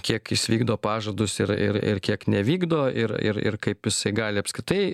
kiek jis vykdo pažadus ir ir ir kiek nevykdo ir ir ir kaip jisai gali apskritai